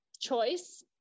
choice